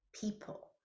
people